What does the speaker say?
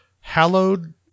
hallowed